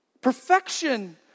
Perfection